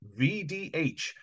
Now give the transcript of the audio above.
vdh